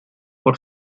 por